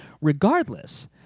regardless